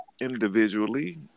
individually